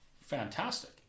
fantastic